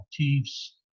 motifs